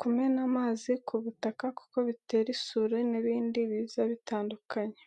kumena amazi ku butaka kuko bitera isuri n’ibindi biza bitandukanye.